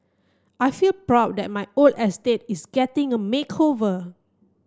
I feel proud that my old estate is getting a makeover